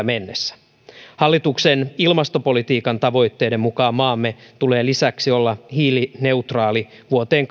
mennessä hallituksen ilmastopolitiikan tavoitteiden mukaan maamme tulee lisäksi olla hiilineutraali vuoteen